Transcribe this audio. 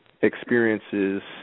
experiences